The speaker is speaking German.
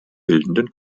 bildenden